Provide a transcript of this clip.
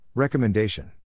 Recommendation